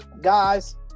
Guys